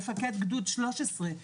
מפקד גדוד 13,